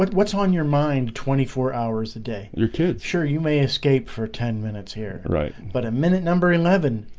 but what's on your mind twenty four hours a day your kid sure you may escape for ten minutes here right, but a minute number eleven.